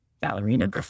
ballerina